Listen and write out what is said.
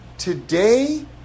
Today